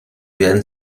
werden